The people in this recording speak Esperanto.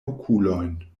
okulojn